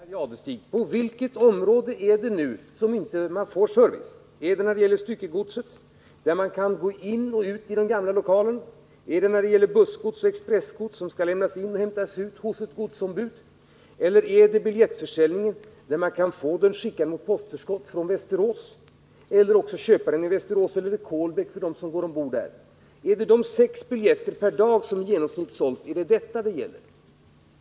Herr talman! Jag måste tyvärr fråga: På vilket område är det som man nu inte får service? Är det när det gäller styckegodset, där man har fritt tillträde till den gamla lokalen? Är det när det gäller bussoch expressgods, som skall lämnas in till och lämnas ut från ett godsombud? Eller är det fråga om försäljningen av biljetter, vilka ju kan beställas antingen i Hallstahammar mot postförskott från Västerås eller vilka de som bor i Kolbäck eller Västerås själva kan köpa på dessa orter? Gäller det de i genomsnitt sex biljetter per dag som har sålts?